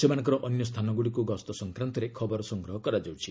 ସେମାନଙ୍କର ଅନ୍ୟ ସ୍ଥାନଗୁଡ଼ିକୁ ଗସ୍ତ ସଂକ୍ରାନ୍ତରେ ଖବର ସଂଗ୍ରହ କରାଯାଉଛି